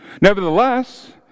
Nevertheless